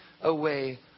away